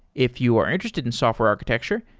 if you are interested in software architecture,